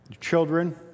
children